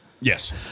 Yes